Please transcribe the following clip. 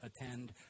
attend